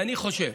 ואני חושב